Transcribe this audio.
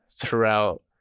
throughout